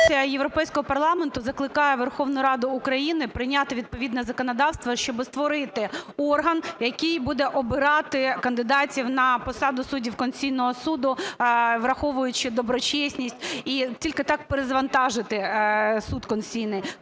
Резолюція Європейського парламенту закликає Верховну Раду України прийняти відповідне законодавство, щоб створити орган, який буде обирати кандидатів на посаду суддів Конституційного Суду, враховуючи доброчесність, і тільки так перезавантажити Суд Конституційний.